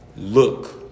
look